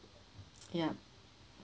ya